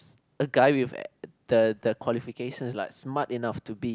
a guy with a the the the qualification is like smart enough to be